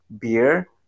beer